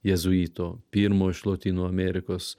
jėzuito pirmo iš lotynų amerikos